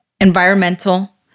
environmental